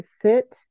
sit